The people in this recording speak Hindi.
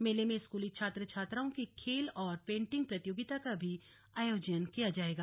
मेले में स्कूली छात्र छात्राओं की खेल और पेंटिंग प्रतियोगिता का भी आयोजन किय जाएगा